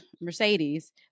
Mercedes